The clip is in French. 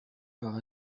par